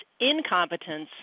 incompetence